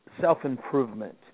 self-improvement